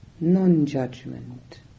non-judgment